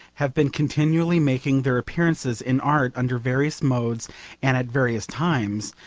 have been continually making their appearances in art, under various modes and at various times,